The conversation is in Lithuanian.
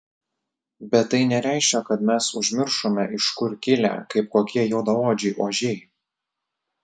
bet tai nereiškia kad mes užmiršome iš kur kilę kaip kokie juodaodžiai ožiai